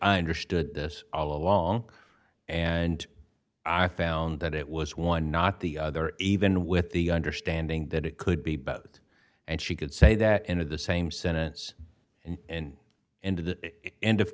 understood this all along and i found that it was one not the other even with the understanding that it could be bowed and she could say that in of the same sentence and in into the end of